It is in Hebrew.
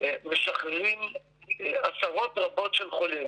משחררים עשרות רבות של חולים.